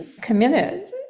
committed